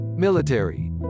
Military